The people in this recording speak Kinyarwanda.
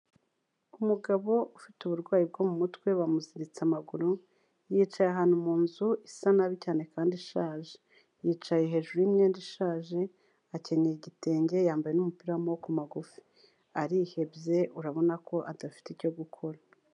Umugabo ufite uburwayi bwo mu mutwe, bamuziritse amaguru, yicaye ahantu mu nzu isa nabi cyane kandi ishaje. Yicaye hejuru y'imyenda ishaje, akenyeye igitenge, yambaye n'umupira w'amaboko magufi. Arihebye, urabona ko adafite icyo gukora.